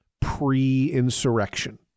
pre-insurrection